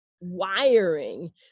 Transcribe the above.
wiring